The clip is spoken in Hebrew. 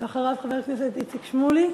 אחריו, חבר הכנסת איציק שמולי,